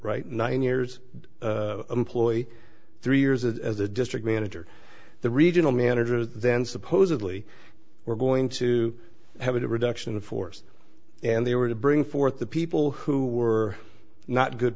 right nine years employ three years as a district manager the regional manager then supposedly we're going to have a reduction in force and they were to bring forth the people who were not good